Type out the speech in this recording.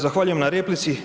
Zahvaljujem na replici.